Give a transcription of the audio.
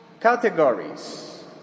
categories